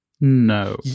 No